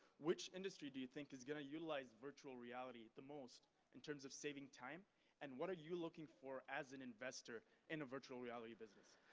which industry do you think is gonna utilize virtual reality the most in terms of saving time and what are you looking for as an investor in a virtual reality business?